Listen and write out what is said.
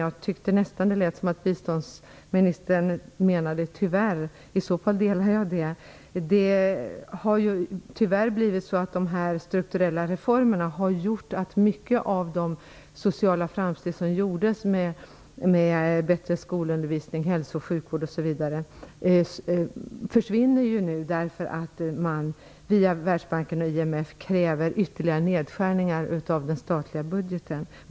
Det lät, tycker jag, nästan som om biståndsministern menade tyvärr. I så fall delar jag den uppfattningen. Tyvärr har de strukturella reformerna gjort att mycket av de sociala framstegen beträffande bättre skolundervisning, hälso och sjukvård osv. nu försvinner. Man kräver ju via Världsbanken och IMF ytterligare nedskärningar i den statliga budgeten.